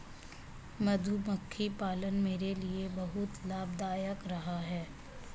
मधुमक्खी पालन मेरे लिए बहुत लाभदायक रहा है